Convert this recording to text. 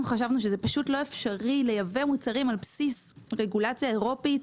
חשבנו שזה פשוט לא אפשרי לייבא מוצרים על בסיס רגולציה אירופית,